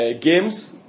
games